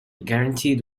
guaranteed